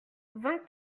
vingt